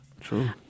True